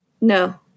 no